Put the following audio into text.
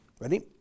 Ready